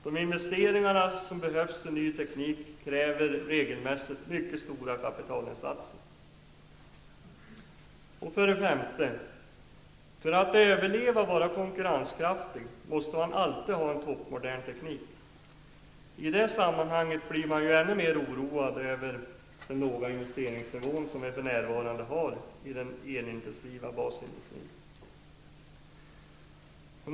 De investeringar i ny teknik som behövs kräver regelmässigt mycket stora kapitalinsatser. 5. För att kunna överleva och vara konkurrenskraftig måste det alltid finnas toppmodern teknik. I det sammanhanget blir man än mer oroad över den låga investeringsnivån för närvarande inom den elintensiva basindustrin.